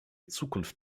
zukunft